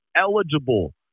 eligible